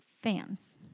fans